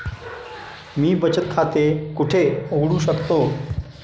मी बचत खाते कुठे उघडू शकतो?